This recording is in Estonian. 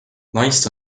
naist